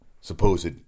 supposed